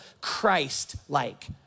Christ-like